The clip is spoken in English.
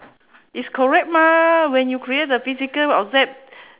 it's correct mah when you create a physical object